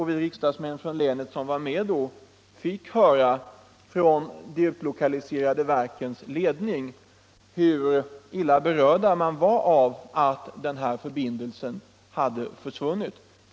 Vi riksdagsmän från länet som var med då fick från de utlokaliserade verkens ledningar höra hur man ogillade att den här förbindelsen hade försvunnit.